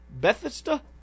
Bethesda